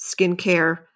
skincare